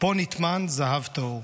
פה נטמן זהב טהור,